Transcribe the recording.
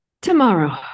Tomorrow